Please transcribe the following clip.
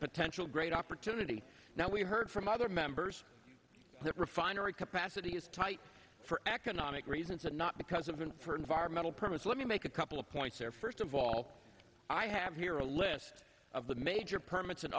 potential great opportunity now we heard from other members that refinery capacity is tight for economic reasons and not because of been for environmental permits let me make a couple of points here first of all i have here a list of the major permits an